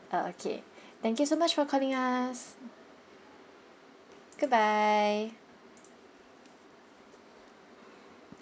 orh okay thank you so much for calling us goodbye